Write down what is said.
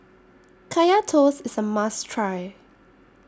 Kaya Toast IS A must Try